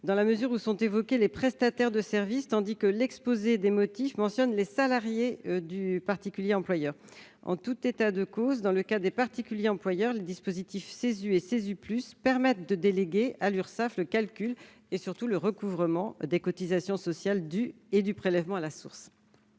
dans la mesure où sont évoqués les prestataires de services, tandis que l'exposé des motifs mentionne les salariés du particulier employeur. En tout état de cause, les dispositifs Cesu et Cesu+ permettent de déléguer à l'Urssaf le calcul et, surtout, le recouvrement des cotisations sociales et du prélèvement à la source